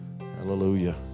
Hallelujah